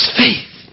faith